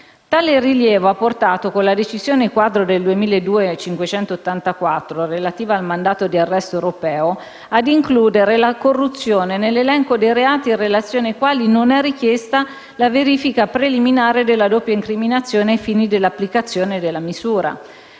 Tale rilievo ha portato con la decisione quadro del 2002, n. 584, relativa al mandato di arresto europeo, a includere la corruzione nell'elenco dei reati in relazione ai quali non è richiesta la verifica preliminare della doppia incriminazione ai fini dell'applicazione della misura.